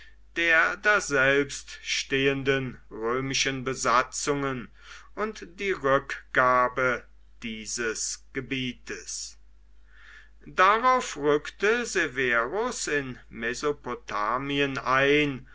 der daselbst stehenden römischen besatzungen und die rückgabe dieses gebietes darauf rückte severus in mesopotamien ein